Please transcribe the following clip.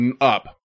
up